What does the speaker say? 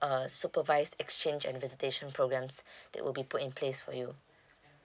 a supervised exchange and visitation programs that will be put in place for you